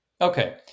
Okay